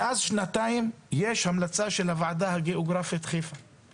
מאז שנתיים יש המלצה של הוועדה הגיאוגרפית חיפה